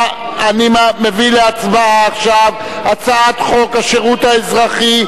אני מביא עכשיו להצבעה את הצעת חוק השירות האזרחי,